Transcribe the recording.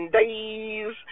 days